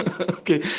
Okay